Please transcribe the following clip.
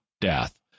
death